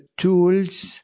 tools